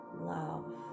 love